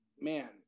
Man